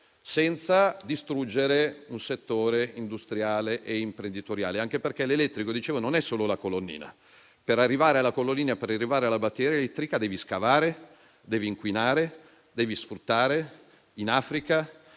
senza distruggere un settore industriale e imprenditoriale, anche perché l'elettrico, come dicevo, non è solo la colonnina. Per arrivare alla colonnina, per arrivare alla barriera elettrica devi scavare, inquinare; devi sfruttare in Africa,